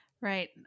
Right